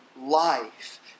life